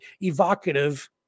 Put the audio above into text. evocative